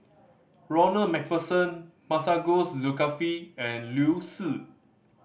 Ronald Macpherson Masagos Zulkifli and Liu Si